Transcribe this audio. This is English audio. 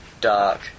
dark